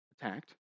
attacked